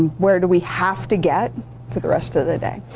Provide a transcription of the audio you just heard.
where do we have to get for the rest of the day?